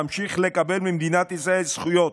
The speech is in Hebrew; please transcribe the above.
וממשיך לקבל ממדינת ישראל זכויות